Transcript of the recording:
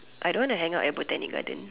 I don't want to hang out at Botanic gardens